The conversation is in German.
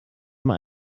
mal